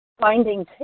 finding